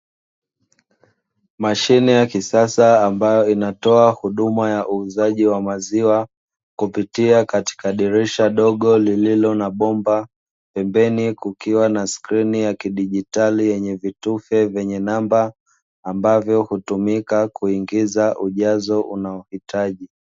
Mashine ya kisasa ambayo inatoa huduma ya uuzaji wa maziwa, kupitia katika dirisha dogo lililo na bomba. Pembeni kukiwa na skrini ya kidijitali yenye vitufe vyenye namba, ambavyo hutumika kuingiza ujazo unaohitaji.